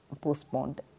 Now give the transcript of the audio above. postponed